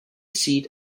seat